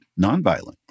Nonviolent